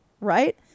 Right